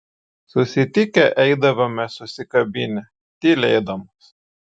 susitikę eidavome susikabinę tylėdamos